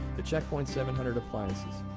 the check point seven hundred appliances.